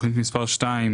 תכנית מספר שתיים,